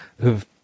who've